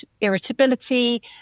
irritability